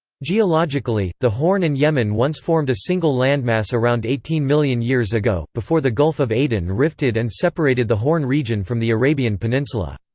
geologically, the horn and yemen once formed a single landmass around eighteen million years ago, before the gulf of aden rifted and separated the horn region from the arabian peninsula.